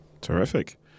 Terrific